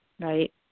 right